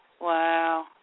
Wow